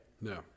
No